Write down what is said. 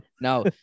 Now